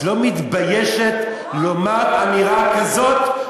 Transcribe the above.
את לא מתביישת לומר אמירה כזאת?